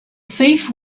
thief